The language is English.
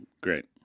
great